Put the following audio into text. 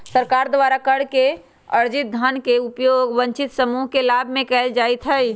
सरकार द्वारा कर से अरजित धन के उपयोग वंचित समूह के लाभ में कयल जाईत् हइ